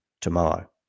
tomorrow